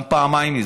גם פעמיים מזה.